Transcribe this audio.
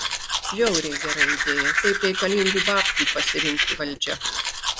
žiauriai gera idėja taip reikalingų babkių pasirinktų valdžia